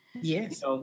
Yes